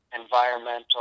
environmental